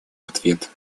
ответ